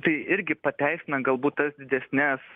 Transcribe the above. tai irgi pateisina galbūt tas didesnes